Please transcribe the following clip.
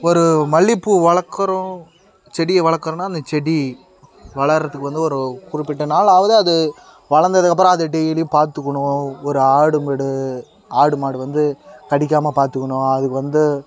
ஒரு மல்லிகைப்பூ வளர்க்குறோம் செடியை வளர்க்குறோன்னா அந்த செடி வளர்கிறதுக்கு வந்து ஒரு குறிப்பிட்ட நாள் ஆகுது அது வளர்ந்ததுக்கு அப்புறம் அது டெய்லி பார்த்துக்கணும் ஒரு ஆடு மடு ஆடு மாடு வந்து கடிக்காமல் பார்த்துக்கணும் அதுக்கு வந்து